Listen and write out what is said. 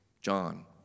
John